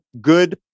good